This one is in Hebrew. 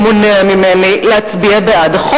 שמונע ממני להצביע בעדה,